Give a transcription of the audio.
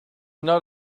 not